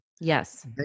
Yes